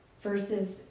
versus